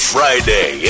Friday